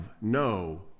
no